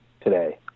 today